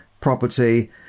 property